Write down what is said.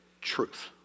truth